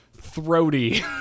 throaty